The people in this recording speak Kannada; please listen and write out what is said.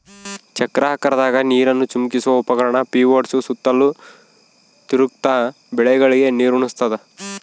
ಚಕ್ರಾಕಾರದಾಗ ನೀರನ್ನು ಚಿಮುಕಿಸುವ ಉಪಕರಣ ಪಿವೋಟ್ಸು ಸುತ್ತಲೂ ತಿರುಗ್ತ ಬೆಳೆಗಳಿಗೆ ನೀರುಣಸ್ತಾದ